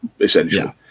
essentially